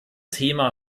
thema